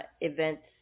events